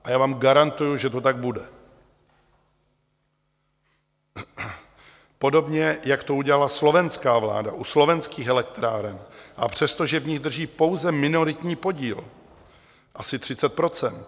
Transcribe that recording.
A já vám garantuji, že to tak bude, podobně jako to udělala slovenská vláda u Slovenských elektráren, přestože v nich drží pouze minoritní podíl, asi 30 %.